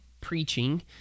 preaching